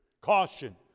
caution